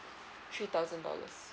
three thousand dollars